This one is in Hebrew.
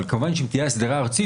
אם תהיה אסדרה ארצית,